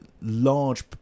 large